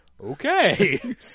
okay